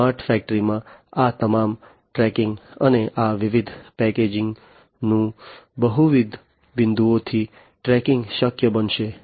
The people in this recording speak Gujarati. સ્માર્ટ ફેક્ટરીમાં આ તમામ ટ્રેકિંગ અને આ વિવિધ પેકેજોનું બહુવિધ બિંદુઓથી ટ્રેકિંગ શક્ય બનશે